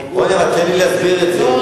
תן לי להסביר.